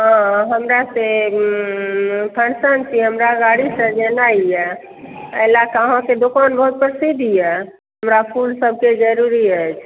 ओ हमरा से फंक्शन छी हमरा गाड़ी सजेनाइ यऽ एहि लऽके अहाँके दोकान बहुत प्रसिद्ध यऽ हमरा फूल सबके जरूरी अछि